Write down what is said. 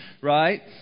right